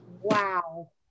Wow